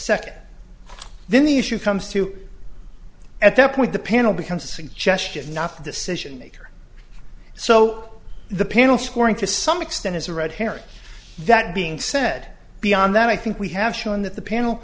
second then the issue comes to at that point the panel becomes a suggestion not decision maker so the panel scoring to some extent is a red herring that being said beyond that i think we have shown that the panel